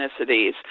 ethnicities